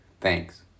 Thanks